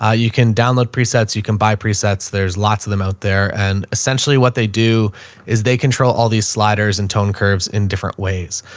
ah you can download presets, you can buy presets, there's lots of them out there. and essentially what they do is they control all these sliders and tone curves in different ways.